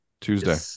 Tuesday